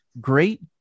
great